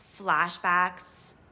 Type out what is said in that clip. flashbacks